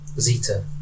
Zeta